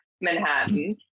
Manhattan